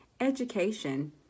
education